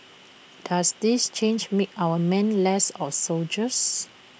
does this change make our men less of soldiers